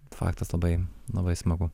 faktas labai labai smagu